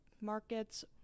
markets